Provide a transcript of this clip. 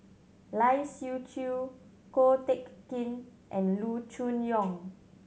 Lai Siu Chiu Ko Teck Kin and Loo Choon Yong